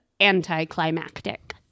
anticlimactic